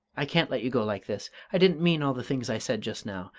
i can't let you go like this. i didn't mean all the things i said just now.